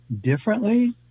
differently